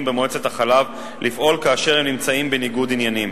במועצת החלב לפעול כאשר הם נמצאים בניגוד עניינים,